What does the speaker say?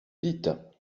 dites